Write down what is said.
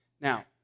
Now